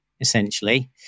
essentially